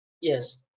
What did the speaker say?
Yes